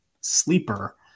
sleeper